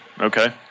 Okay